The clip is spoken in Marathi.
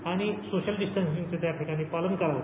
आणि सोशल डिस्टंसिंगचं त्या ठिकाणी पालन करावं